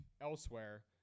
elsewhere